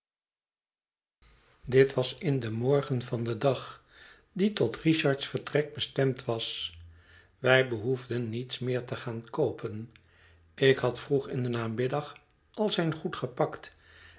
dit was in den morgen van den dag die tot kichard's vertrek bestemd was wij behoefden niets meer te gaan koopen ik had vroeg in den namiddag al zijn goed gepakt